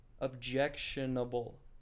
objectionable